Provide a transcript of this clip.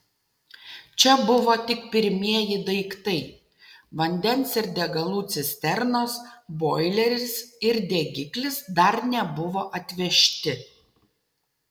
čia buvo tik pirmieji daiktai vandens ir degalų cisternos boileris ir degiklis dar nebuvo atvežti